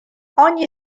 ogni